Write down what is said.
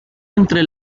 entre